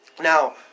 Now